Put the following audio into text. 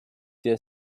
der